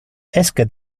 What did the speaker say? esque